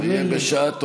שיהיה בשעה טובה.